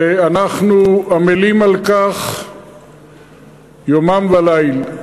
ואנחנו עמלים על כך יומם וליל.